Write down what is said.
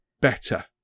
better